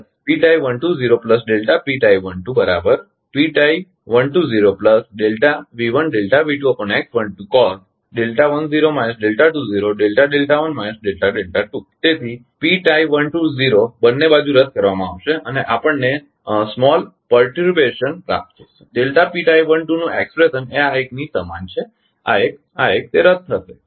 તેથી તેથી બંને બાજુ રદ કરવામાં આવશે અને આપણને નાની કલ્પના પ્રાપ્ત થશે નું એક્સપ્રેશન એ આ એકની સમાન છે આ એક આ એક તે રદ થશે ખરુ ને